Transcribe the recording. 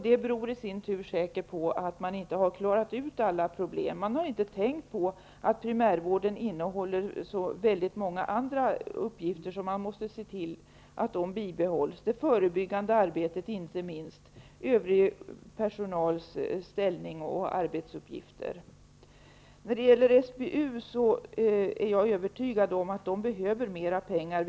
Detta beror i sin tur på att man inte har klarat ut alla problem. Man har inte tänkt på att primärvården innehåller så många andra uppgifter som man måste se till att bibehålla. Det gäller inte minst det förebyggande arbetet och övrig personals ställning och arbetsuppgifter. Jag är övertygad om att SBU behöver mera pengar.